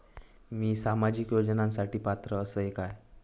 मी सामाजिक योजनांसाठी पात्र असय काय?